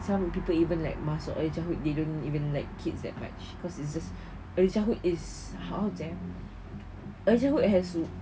some people even like masuk early childhood they don't even like kids that much cause it's just early childhood is how macam early childhood has